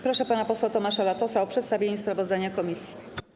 Proszę pana posła Tomasza Latosa o przedstawienie sprawozdania komisji.